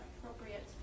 appropriate